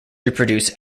reproduce